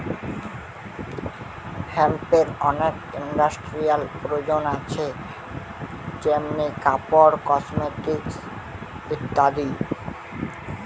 হেম্পের অনেক ইন্ডাস্ট্রিয়াল প্রয়োজন আছে যেমনি কাপড়, কসমেটিকস ইত্যাদি